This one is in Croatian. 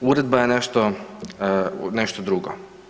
Uredba je nešto drugo.